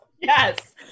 yes